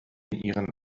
ihren